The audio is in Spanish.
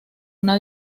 una